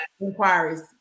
inquiries